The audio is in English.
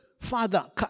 Father